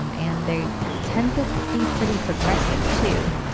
um and they tend to be pretty progressive, too.